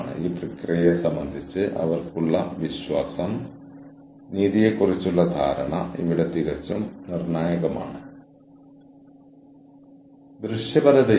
ഈ സങ്കീർണ്ണമായ ആന്തരിക റിസോഴ്സിംഗ് പ്രക്രിയ തമ്മിലുള്ള തുടർച്ചയായ പിരിമുറുക്കങ്ങൾ കാരണം ആളുകൾക്ക് അസ്വസ്ഥത അനുഭവപ്പെടുന്ന ദീർഘകാലത്തേക്ക് പ്രോജക്റ്റ് ടീമുകളെ ഒരുമിച്ച് നിർത്തുന്നത് ഉൾപ്പെടുന്ന ആഴത്തിലുള്ള വൈദഗ്ധ്യ സമീപനം പിന്തുടരുന്നു